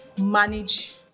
manage